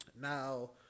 now